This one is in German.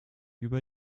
über